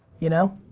you know?